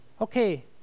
okay